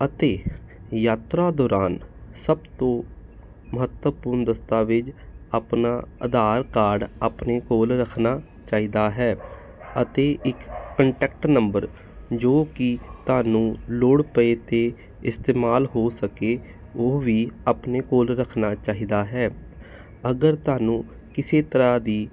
ਅਤੇ ਯਾਤਰਾ ਦੌਰਾਨ ਸਭ ਤੋਂ ਮਹੱਤਵਪੂਰਨ ਦਸਤਾਵੇਜ਼ ਆਪਣਾ ਆਧਾਰ ਕਾਰਡ ਆਪਣੇ ਕੋਲ ਰੱਖਣਾ ਚਾਹੀਦਾ ਹੈ ਅਤੇ ਇੱਕ ਕੰਟੈਕਟ ਨੰਬਰ ਜੋ ਕਿ ਤੁਹਾਨੂੰ ਲੋੜ ਪਏ ਅਤੇ ਇਸਤੇਮਾਲ ਹੋ ਸਕੇ ਉਹ ਵੀ ਆਪਣੇ ਕੋਲ ਰੱਖਣਾ ਚਾਹੀਦਾ ਹੈ ਅਗਰ ਤੁਹਾਨੂੰ ਕਿਸੇ ਤਰ੍ਹਾਂ ਦੀ